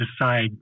decide